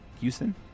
Houston